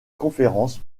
conférence